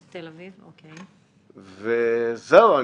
זהו,